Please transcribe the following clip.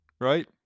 right